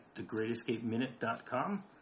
thegreatescapeminute.com